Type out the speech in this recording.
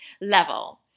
level